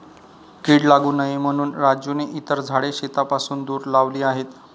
कीड लागू नये म्हणून राजूने इतर झाडे शेतापासून दूर लावली आहेत